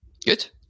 Good